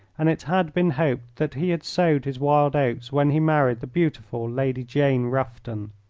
and it had been hoped that he had sowed his wild oats when he married the beautiful lady jane rufton.